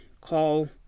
Call